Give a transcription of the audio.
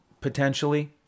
potentially